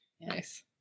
Nice